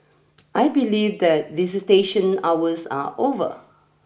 I believe that visitation hours are over